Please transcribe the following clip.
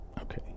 Okay